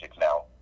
now